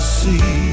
see